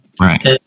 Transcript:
Right